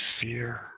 fear